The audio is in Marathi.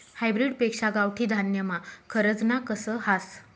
हायब्रीड पेक्शा गावठी धान्यमा खरजना कस हास